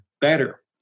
better